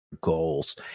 goals